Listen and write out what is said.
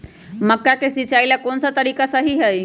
मक्का के सिचाई ला कौन सा तरीका सही है?